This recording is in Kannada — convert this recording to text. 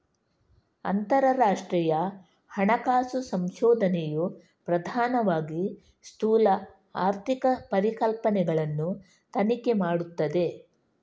ಅಂತರರಾಷ್ಟ್ರೀಯ ಹಣಕಾಸು ಸಂಶೋಧನೆಯು ಪ್ರಧಾನವಾಗಿ ಸ್ಥೂಲ ಆರ್ಥಿಕ ಪರಿಕಲ್ಪನೆಗಳನ್ನು ತನಿಖೆ ಮಾಡುತ್ತದೆ